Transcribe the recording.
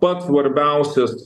pats svarbiausias